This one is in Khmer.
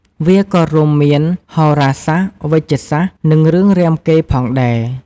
វាក៏រួមមានហោរាសាស្ត្រ វេជ្ជសាស្ត្រ និងរឿងរាមកេរ្តិ៍ផងដែរ។